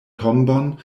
tombon